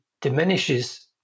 diminishes